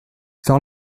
faire